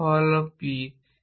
alpha হল p